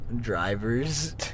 Drivers